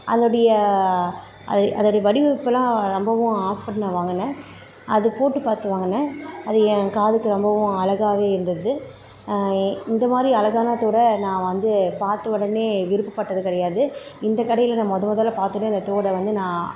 அதோடைய அது அதோடைய வடிவமைப்பு எல்லாம் ரொம்பவும் ஆசைப்பட்டு நான் வாங்கினேன் அது போட்டு பார்த்து வாங்கினேன் அது ஏன் காதுக்கு ரொம்பவும் அழகாவே இருந்துது இந்த மாதிரி அழகான தோட நான் வந்து பார்த்த உடனே விருப்பப்பட்டது கிடையாது இந்த கடையில் நான் முத முதல்ல பார்த்தோனே அந்த தோட வந்து நான்